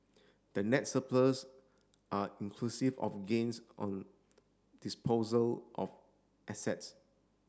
the next surplus are inclusive of gains on disposal of assets